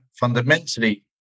Fundamentally